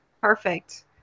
Perfect